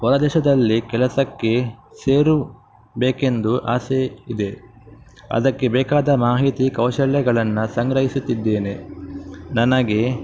ಹೊರದೇಶದಲ್ಲಿ ಕೆಲಸಕ್ಕೆ ಸೇರಬೇಕೆಂದು ಆಸೆ ಇದೆ ಅದಕ್ಕೆ ಬೇಕಾದ ಮಾಹಿತಿ ಕೌಶಲ್ಯಗಳನ್ನು ಸಂಗ್ರಹಿಸುತ್ತಿದ್ದೇನೆ ನನಗೆ